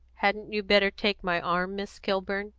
hadn't you better take my arm, miss kilburn,